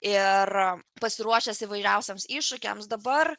ir pasiruošęs įvairiausiems iššūkiams dabar